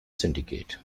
syndicate